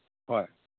ꯍꯣꯏ